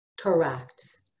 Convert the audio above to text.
Correct